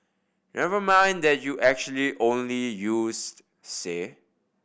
never mind that you actually only used say